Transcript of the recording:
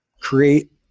create